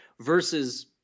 versus